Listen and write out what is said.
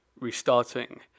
restarting